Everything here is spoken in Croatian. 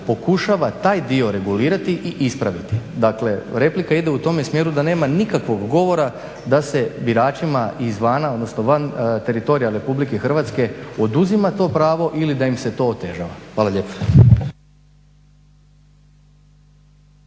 pokušava taj dio regulirati i ispraviti. Dakle, replika ide u tome smjeru da nema nikakvog govora da se biračima izvana, odnosno van teritorija RH oduzima to pravo ili da im se to otežava. Hvala lijepa.